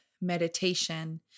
meditation